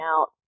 out